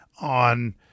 on